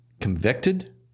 convicted